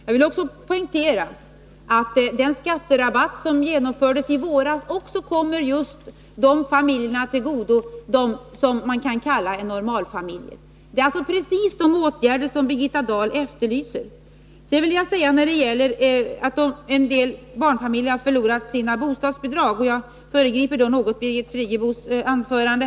Jag vill dessutom poängtera att den skatterabatt som infördes i våras också kommer just de familjer till godo som man kan kalla normalfamiljer. Det är alltså precis de åtgärder som Birgitta Dahl efterlyser. Sedan vill jag säga något om detta att en del barnfamiljer har förlorat sina bostadsbidrag — och jag föregriper då litet Birgit Friggebos anförande.